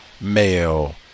male